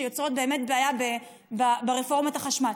שיוצרות באמת בעיה ברפורמת החשמל.